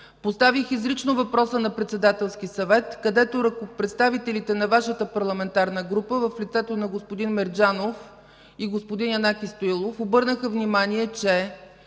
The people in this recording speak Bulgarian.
Поставих изрично въпроса на Председателския съвет, където представителите на Вашата парламентарна група в лицето на господин Мерджанов и господин Янаки Стоилов обърнаха внимание, че